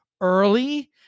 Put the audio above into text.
early